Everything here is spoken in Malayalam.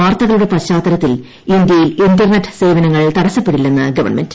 വാർത്തകളുടെ പശ്ചാത്തലത്തിൽ ഇന്റ്യിൽ ഇന്റർനെറ്റ് സേവനങ്ങൾ തടസ്സപ്പെടില്ലെന്ന് ഗ്വൺമെന്റ്